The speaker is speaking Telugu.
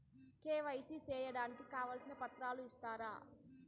కె.వై.సి సేయడానికి కావాల్సిన పత్రాలు ఇస్తారా?